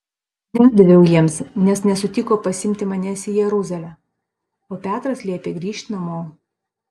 nedaviau jiems nes nesutiko pasiimti manęs į jeruzalę o petras liepė grįžt namo